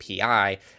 API